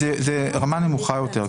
זאת גם רמה נמוכה יותר.